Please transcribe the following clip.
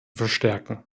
verstärken